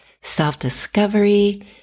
Self-discovery